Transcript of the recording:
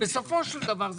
בסופו של דבר,